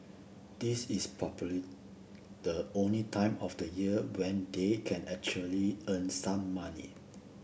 this is probably the only time of the year when they can actually earn some money